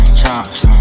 chops